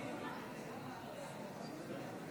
אני קובע שההצעה לא